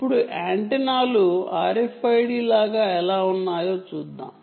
ఇప్పుడు యాంటెనాలు RFID లాగా ఎలా ఉన్నాయో చూద్దాం